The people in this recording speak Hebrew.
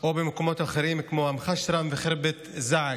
או במקומות אחרים, כמו אום-חשרם וח'רבת א-זעק.